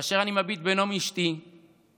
כאשר אני מביט בנעמי אשתי ובילדיי,